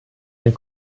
ein